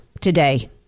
today